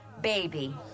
baby